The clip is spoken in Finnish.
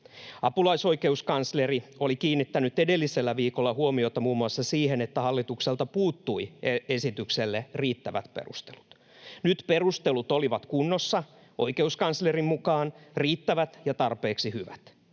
Apulaisoikeuskansleri oli kiinnittänyt edellisellä viikolla huomiota muun muassa siihen, että hallitukselta puuttui esitykselle riittävät perustelut. Nyt perustelut olivat kunnossa, oikeuskanslerin mukaan riittävät ja tarpeeksi hyvät.